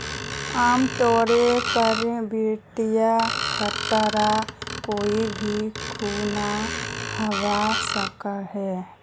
आमतौरेर पर वित्तीय खतरा कोई भी खुना हवा सकछे